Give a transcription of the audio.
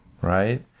right